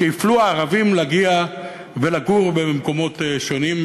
שהפלו ערבים מלהגיע ולגור במקומות שונים,